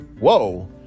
Whoa